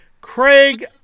Craig